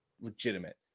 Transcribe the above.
legitimate